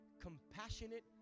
compassionate